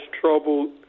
troubled